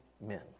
men